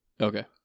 Okay